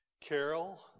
Carol